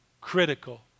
critical